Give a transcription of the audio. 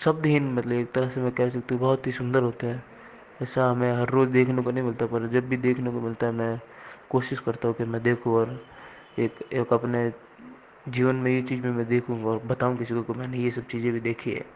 शब्दहीन मतलब एक तरह से मैं कह सकता हूँ कि बहुत सुंदर होते हैं ऐसा हमें हर रोज़ देखने को नहीं मिलता पर जब भी देखने को मिलता है मै कोशिश करता हूँ कि मैं देखूँ और एक एक अपने जीवन में ये चीज़ मैं देखूँ और बताऊँ किसी को कि ये सब चीज़ें भी देखीं हैं